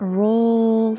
roll